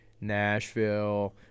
Nashville